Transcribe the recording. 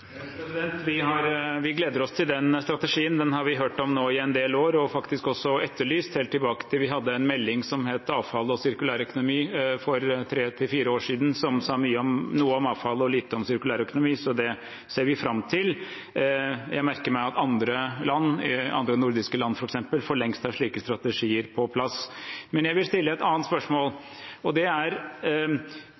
Vi gleder oss til den strategien. Den har vi hørt om i en del år, og vi har etterlyst den. Vi hadde en melding som het «Avfall som ressurs – avfallspolitikk og sirkulær økonomi» for tre–fire år siden, som sa noe om avfall og lite om sirkulær økonomi, så strategien ser vi fram til. Jeg merker meg at i f.eks. andre nordiske land har man for lengst slike strategier på plass. Jeg vil stille et annet spørsmål.